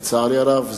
לצערי הרב,